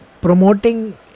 promoting